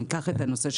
למשל, נושא הארנונה.